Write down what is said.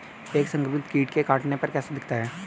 एक संक्रमित कीट के काटने पर कैसा दिखता है?